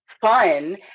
fun